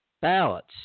Ballots